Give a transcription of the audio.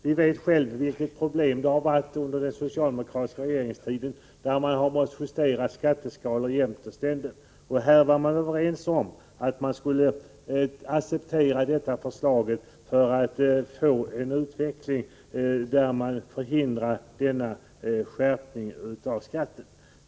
Vi vet vilket problem det har varit under den socialdemokratiska regeringstiden, då man har måst justera skatteskalor jämt och ständigt. Man var överens om att acceptera detta förslag för att få en utveckling där man förhindrar denna skärpning av skatten.